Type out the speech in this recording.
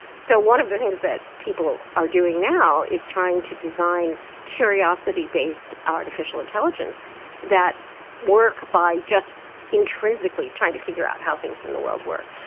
so one of the things that people are doing now is trying to design curiosity based artificial intelligence that work by just intrinsically trying to figure out how things in the world work.